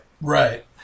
Right